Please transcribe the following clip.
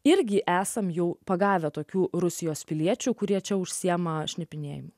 irgi esam jau pagavę tokių rusijos piliečių kurie čia užsiima šnipinėjimu